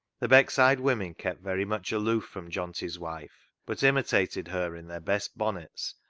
the beckside women kept very much aloof from johnty's wife, but imitated her in their best bonnets,